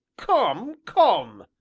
come, come,